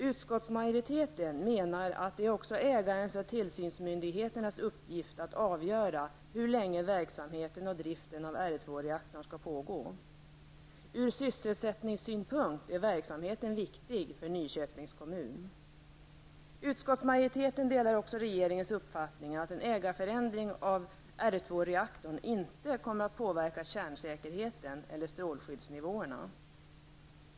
Utskottsmajoriteten menar att det också är ägarens och tillsynsmyndigheternas uppgift att avgöra hur länge verksamheten och driften av R2-reaktorn skall pågå. Ur sysselsättningssynpunkt är verksamheten viktig för Nyköpings kommun. Utskottsmajoriteten delar också regeringens uppfattning att en ägarförändring i fråga om R2 reaktorn inte kommer att påverka kärnsäkerheten eller strålskyddsnivåerna.